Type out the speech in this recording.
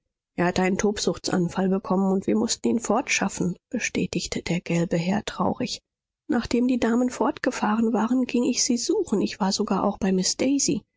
er hat einen tobsuchtsanfall bekommen und wir mußten ihn fortschaffen bestätigte der gelbe herr traurig nachdem die damen fortgefahren waren ging ich sie suchen ich war sogar auch bei miß daisy